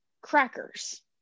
crackers